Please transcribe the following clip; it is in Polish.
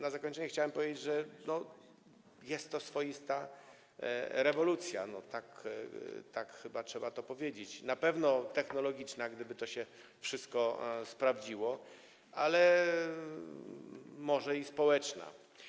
Na zakończenie chciałem powiedzieć, że jest to swoista rewolucja, tak chyba trzeba powiedzieć, na pewno technologiczna, gdyby to się wszystko sprawdziło, a może i społeczna.